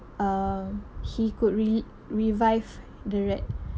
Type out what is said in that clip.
um he could re~ revive the rat